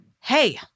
Hey